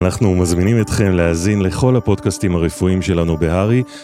אנחנו מזמינים אתכם להאזין לכל הפודקאסטים הרפואיים שלנו בהרי.